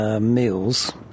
meals